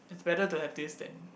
better to have this then